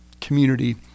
community